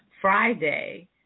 Friday